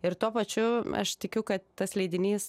ir tuo pačiu aš tikiu kad tas leidinys